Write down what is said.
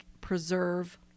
preserve